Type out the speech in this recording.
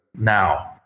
Now